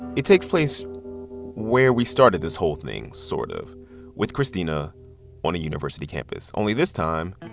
it takes place where we started this whole thing sort of with christina on a university campus only this time,